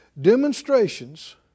demonstrations